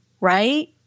right